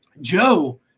Joe